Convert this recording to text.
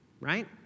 right